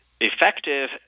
effective